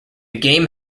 game